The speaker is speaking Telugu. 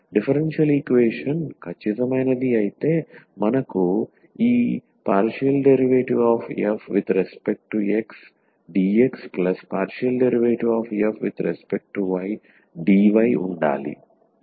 డిఫరెన్షియల్ ఈక్వేషన్ ఖచ్చితమైనది అయితే మనకు ఈ ∂f∂xdx∂f∂ydy ఉండాలి